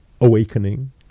awakening